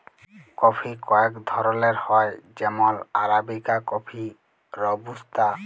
coffee কয়েক ধরলের হ্যয় যেমল আরাবিকা কফি, রবুস্তা